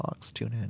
TuneIn